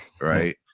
Right